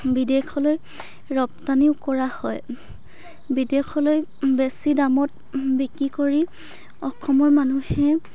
বিদেশলৈ ৰপ্তানিও কৰা হয় বিদেশলৈ বেছি দামত বিক্ৰী কৰি অসমৰ মানুহে